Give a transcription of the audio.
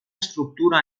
estructura